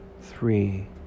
three